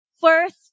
first